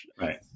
right